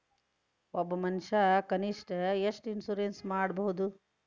ಒಬ್ಬ ಮನಷಾ ಕನಿಷ್ಠ ಎಷ್ಟ್ ಇನ್ಸುರೆನ್ಸ್ ಮಾಡ್ಸ್ಬೊದು?